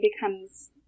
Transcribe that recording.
becomes